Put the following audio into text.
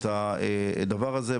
את הדבר הזה,